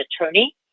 attorney